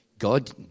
God